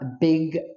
big